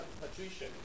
patrician